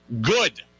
Good